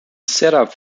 setup